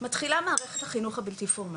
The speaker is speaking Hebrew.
מתחילה מערכת החינוך הבלתי פורמלית,